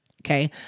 Okay